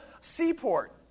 seaport